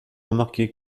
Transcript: remarqué